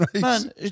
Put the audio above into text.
Man